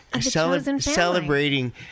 celebrating